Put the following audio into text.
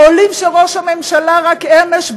העולים שראש הממשלה רק אמש,